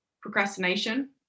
Procrastination